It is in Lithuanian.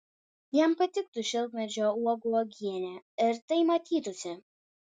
jam patiktų šilkmedžio uogų uogienė ir tai matytųsi